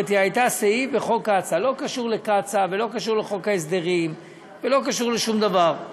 לא קשור לקצא"א ולא קשור לחוק ההסדרים ולא קשור לשום דבר.